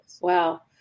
Wow